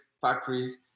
factories